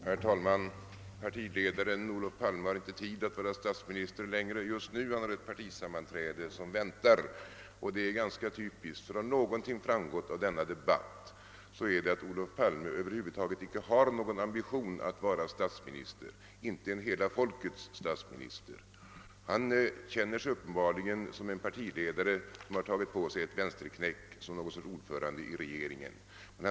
Herr talman! Partiledaren Olof Palme har inte tid att vara statsminister längre just nu; han har ett partisammanträde som väntar. Det är ganska typiskt, ty om någonting framgått av denna debatt är det att Olof Palme över huvud taget icke har någon ambition att vara statsminister — inte en hela folkets statsminister. Han känner sig uppenbarligen som en partiledare, som har tagit på sig ett vänsterknäck som något slags ordförande i regeringen.